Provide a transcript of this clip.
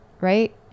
right